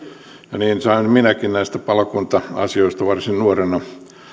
ja niin sain minäkin näistä palokunta asioista varsin nuorena